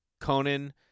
Conan